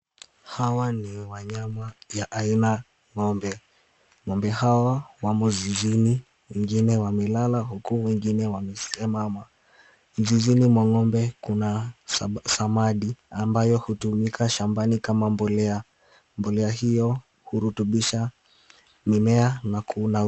Hawa ni wanyama ya aina ng'ombe ,ng'ombe hawa wamo zizini, ingine wamelala huku wengine wamesimama, zizini mwa ng'ombe Kuna zamadi ambayo utumika shambani kama mbolea ,mbolea hiyo urutubisha urutubisha mimea .